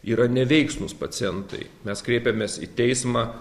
yra neveiksnūs pacientai mes kreipiamės į teismą